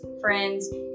friends